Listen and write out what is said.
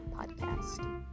podcast